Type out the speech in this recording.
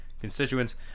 constituents